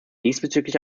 diesbezüglich